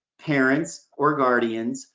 parents, or guardians,